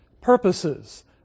Purposes